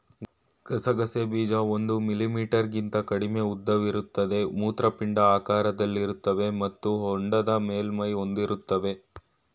ಗಸಗಸೆ ಬೀಜ ಒಂದು ಮಿಲಿಮೀಟರ್ಗಿಂತ ಕಡಿಮೆ ಉದ್ದವಿರುತ್ತವೆ ಮೂತ್ರಪಿಂಡ ಆಕಾರದಲ್ಲಿರ್ತವೆ ಮತ್ತು ಹೊಂಡದ ಮೇಲ್ಮೈ ಹೊಂದಿರ್ತವೆ